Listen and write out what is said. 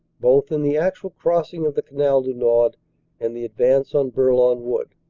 both in the actual crossing of the canal du nord and the advance on bourlon wood.